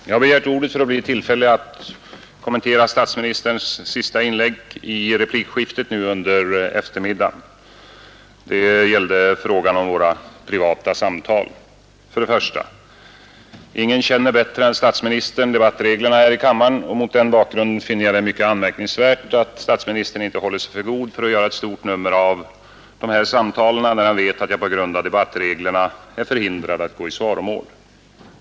Herr talman! Jag har begärt ordet för att bli i tillfälle att kommentera statsministerns sista inlägg i replikskiftet nu under eftermiddagen. Det gällde frågan om våra privata samtal. För det första: Ingen känner bättre än statsministern debattreglerna här i kammaren. Mot den bakgrunden finner jag det mycket anmärkningsvärt att statsministern inte håller sig för god för att göra ett stort nummer av de här samtalen när han vet att jag på grund av debattreglerna är förhindrad att gå i svaromål.